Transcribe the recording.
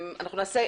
אנחנו נעשה..